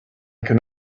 can